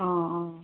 অঁ